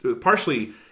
partially